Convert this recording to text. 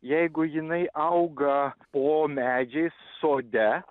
jeigu jinai auga po medžiais sode